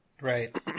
Right